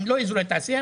הם לא אזורי תעשייה,